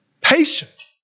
Patient